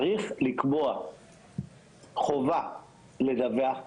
צריך לקבוע חובה לדווח,